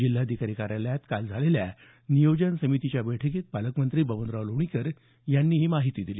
जिल्हाधिकारी कार्यालयात काल झालेल्या जिल्हा नियोजन समितीच्या बैठकीत पालकमंत्री बबनराव लोणीकर यांनी ही माहिती दिली